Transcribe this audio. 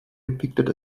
depicted